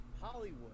Hollywood